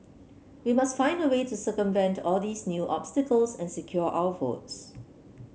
we must find a way to circumvent all these new obstacles and secure our votes